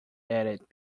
added